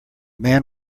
man